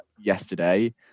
yesterday